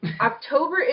October